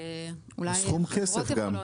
בסכום כסף גם.